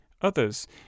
others